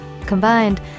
Combined